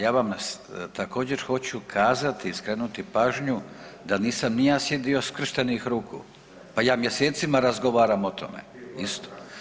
Hvala vam, al ja vam također hoću kazati i skrenuti pažnju da nisam ni ja sjedio skrštenih ruku, pa ja mjesecima razgovaram o tome isto.